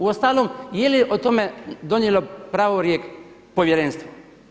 Uostalom je li o tome donijelo pravorijek Povjerenstvu?